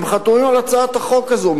הם חתומים על הצעת החוק הזאת,